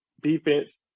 defense